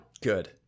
Good